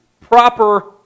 proper